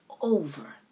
over